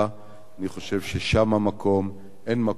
אני חושב ששם המקום, אין מקום אחר.